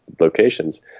locations